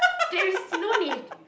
there is no need